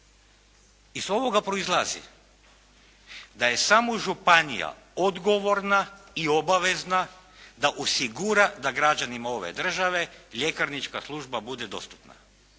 Iz ovoga proizlazi da je samo županija odgovorna i obavezna da osigura da građanima ove države ljekarnička služba bude dostupna,